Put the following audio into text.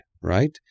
right